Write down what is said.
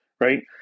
right